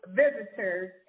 visitors